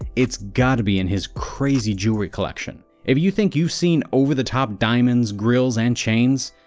it's got to be in his crazy jewelry collection. if you think you've seen over-the-top diamonds, grills and chains,